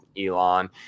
Elon